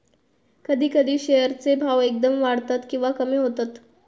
कधी कधी शेअर चे भाव एकदम वाढतत किंवा कमी होतत